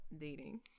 dating